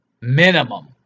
minimum